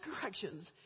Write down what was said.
corrections